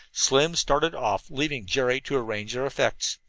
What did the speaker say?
slim started off. leaving jerry to arrange their effects,